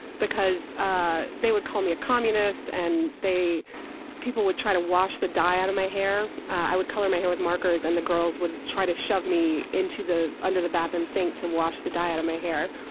because ah they would call me a communist and they people would try to wash the dye out of my hair. i would color my hair with markers and the girls would try to shove into the under the bathroom sink to wash the dye out of my hair.